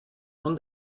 und